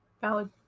valid